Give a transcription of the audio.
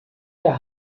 der